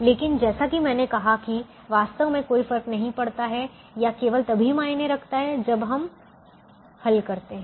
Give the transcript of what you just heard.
लेकिन जैसा कि मैंने कहा कि वास्तव में कोई फर्क नहीं पड़ता है या केवल तभी मायने रखता है जब हम हल करते हैं